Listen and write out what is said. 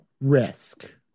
risk